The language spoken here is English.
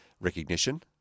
recognition